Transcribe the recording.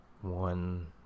one